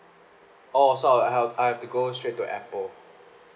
orh so I'll I'll I've to go straight to apple